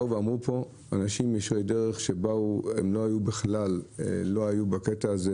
הם בכלל לא היו בעניין הזה,